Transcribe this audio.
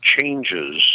changes